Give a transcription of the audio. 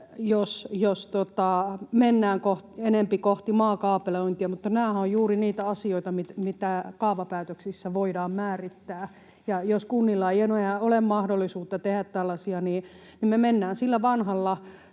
jos mennään enempi kohti maakaapelointia, mutta nämähän ovat juuri niitä asioita, mitä kaavapäätöksissä voidaan määrittää, ja jos kunnilla ei enää ole mahdollisuutta tehdä tällaisia, niin me mennään sillä vanhalla